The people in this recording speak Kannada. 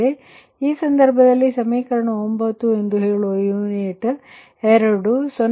ಆದ್ದರಿಂದ ಈ ಸಂದರ್ಭದಲ್ಲಿ ಇದು ಸಮೀಕರಣ 9 ಎಂದು ಹೇಳುವ ಯುನಿಟ್ ಎರಡು0